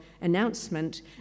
announcement